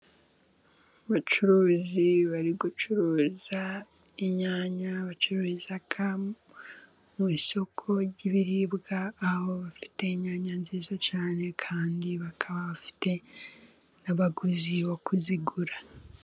Abacuruzi bari gucuruza inyanya ,bacururiza mu isoko ry'ibiribwa aho bafite inyanya nziza cyane ,kandi bakaba bafite n'abaguzi bo kuzigura.